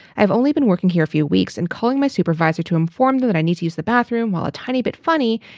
i've only been working here a few weeks and calling my supervisor to inform you that i need to use the bathroom, while a tiny bit funny,